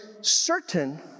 certain